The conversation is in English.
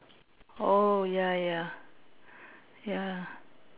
oh ya ya ya